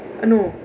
I know